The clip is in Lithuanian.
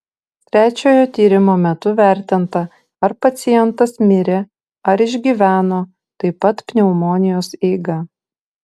trečiojo tyrimo metu vertinta ar pacientas mirė ar išgyveno taip pat pneumonijos eiga